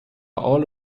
all